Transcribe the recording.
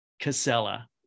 Casella